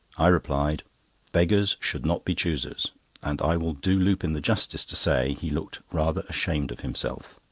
i replied beggars should not be choosers and i will do lupin the justice to say, he looked rather ashamed of himself.